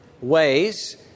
ways